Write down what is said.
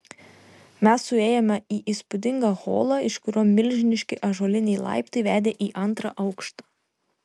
mes suėjome į įspūdingą holą iš kurio milžiniški ąžuoliniai laiptai vedė į antrą aukštą